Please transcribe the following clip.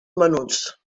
menuts